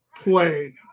play